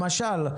למשל,